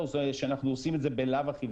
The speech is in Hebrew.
אנחנו עושים את זה בלאו הכי,